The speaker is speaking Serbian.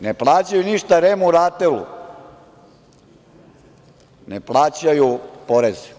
Ne plaćaju ništa REM-u, RATEL-u, ne plaćaju poreze.